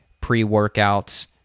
pre-workouts